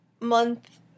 month